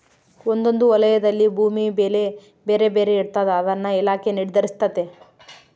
ಒಂದೊಂದು ವಲಯದಲ್ಲಿ ಭೂಮಿ ಬೆಲೆ ಬೇರೆ ಬೇರೆ ಇರ್ತಾದ ಅದನ್ನ ಇಲಾಖೆ ನಿರ್ಧರಿಸ್ತತೆ